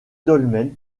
dolmen